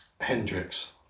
Hendrix